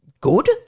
good